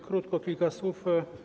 Krótko, kilka słów.